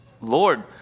Lord